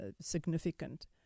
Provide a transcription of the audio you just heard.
significant